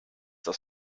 das